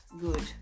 good